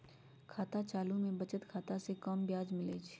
चालू खता में बचत खता से कम ब्याज मिलइ छइ